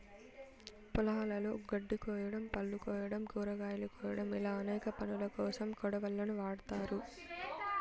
పొలాలలో గడ్డి కోయడం, పళ్ళు కోయడం, కూరగాయలు కోయడం ఇలా అనేక పనులకోసం కొడవళ్ళను వాడ్తారు